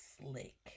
slick